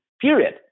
period